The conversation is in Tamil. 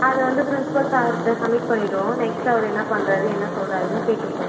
அதை வந்து ப்ரின்ஸ்பல் சார்கிட்ட சம்மிட் பண்ணிவிடுவோம் நெக்ஸ்ட்டு அவர் என்ன பண்ணுறாரு என்ன சொல்கிறாருனு கேட்டுப்போம்